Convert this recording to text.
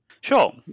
Sure